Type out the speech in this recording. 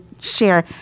share